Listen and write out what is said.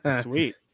Sweet